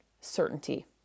certainty